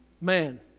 man